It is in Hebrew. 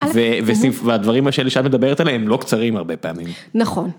והדברים האלה שאת מדברת עליהם לא קצרים הרבה פעמים. נכון.